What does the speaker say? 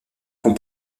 font